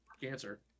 Cancer